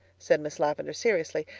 said miss lavendar seriously.